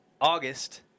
August